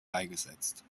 beigesetzt